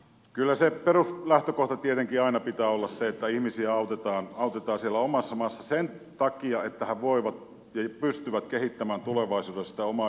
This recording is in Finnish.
kyllä sen peruslähtökohdan tietenkin aina pitää olla se että ihmisiä autetaan siellä omassa maassaan sen takia että he voivat ja pystyvät kehittämään tulevaisuudessa sitä omaa yhteiskuntaansa